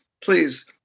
please